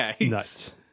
nuts